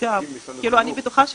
אם למשרד החינוך יש,